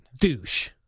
Douche